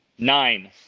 Nine